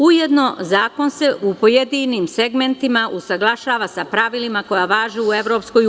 Ujedno, zakon se u pojedinim segmentima usaglašava sa pravilima koja važe u EU.